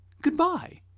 Goodbye